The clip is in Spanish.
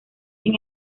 sin